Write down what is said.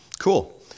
Cool